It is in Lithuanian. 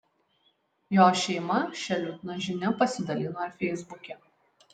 jo šeima šia liūdna žinia pasidalino ir feisbuke